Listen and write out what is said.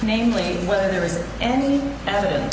namely whether there is any evidence